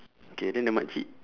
okay then the mak cik